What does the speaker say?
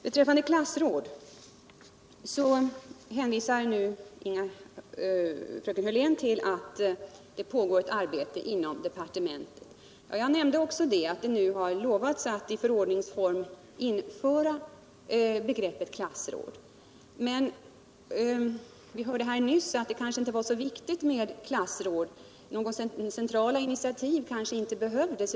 Beträffande klassråd hänvisade fröken Hörlén till att det pågår arbete inom departementet. Också jag nämnde au det har utlovats att man i förordnings Nytt statsbidrag form skall införa begreppet klassråd. Vi hörde dock nyss att det kanske inte var så viktigt med klassråd — några centrala initiativ kanske inte behövs, sades det.